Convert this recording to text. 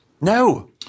No